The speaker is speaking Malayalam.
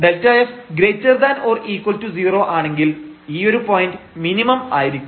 Δf ≧ 0 ആണെങ്കിൽ ഈയൊരു പോയന്റ് മിനിമം ആയിരിക്കും